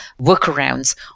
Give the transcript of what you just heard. workarounds